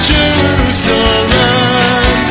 Jerusalem